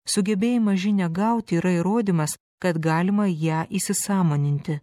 sugebėjimas žinią gauti yra įrodymas kad galima ją įsisąmoninti